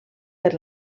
per